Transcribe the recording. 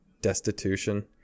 destitution